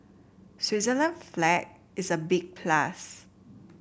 Switzerland flag is a big plus